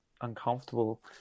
uncomfortable